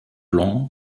blanc